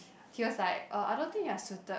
he was like uh I don't think you are suited